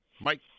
Mike